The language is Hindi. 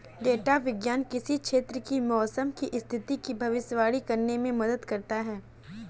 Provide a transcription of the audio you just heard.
डेटा विज्ञान किसी क्षेत्र की मौसम की स्थिति की भविष्यवाणी करने में मदद करता है